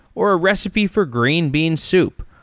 or a recipe for green bean soup,